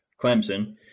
Clemson